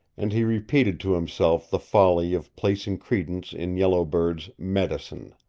and he repeated to himself the folly of placing credence in yellow bird's medicine.